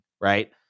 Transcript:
right